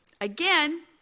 Again